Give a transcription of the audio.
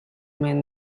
men